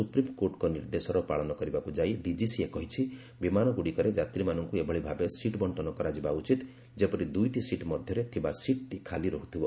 ସୁପ୍ରିମ୍କୋର୍ଟଙ୍କ ନିର୍ଦ୍ଦେଶର ପାଳନ କରିବାକୁ ଯାଇ ଡିଜିସିଏ କହିଛି ବିମାନଗୁଡ଼ିକରେ ଯାତ୍ରୀମାନଙ୍କୁ ଏଭଳି ଭାବେ ସିଟ୍ ବଂଟନ କରାଯିବା ଉଚିତ ଯେପରି ଦୁଇଟି ସିଟ୍ ମଧ୍ୟରେ ଥିବା ସିଟ୍ଟି ଖାଲି ରହୁଥିବ